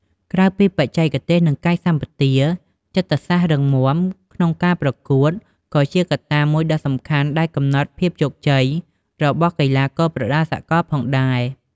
ក្រៅពីបច្ចេកទេស និងកាយសម្បទា ចិត្តសាស្ត្ររឹងមាំក្នុងការប្រកួត ក៏ជាកត្តាមួយដ៏សំខាន់ដែលកំណត់ភាពជោគជ័យរបស់កីឡាករប្រដាល់សកលផងដែរ។